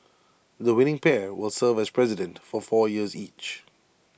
the winning pair will serve as president for four years each